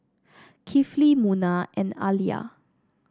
Kifli Munah and Alya